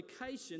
location